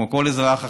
כמו כל אזרח אחר.